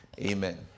Amen